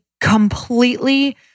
completely